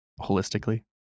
holistically